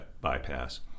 Bypass